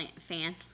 fan